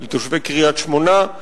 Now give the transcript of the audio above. לתושבי קריית-שמונה,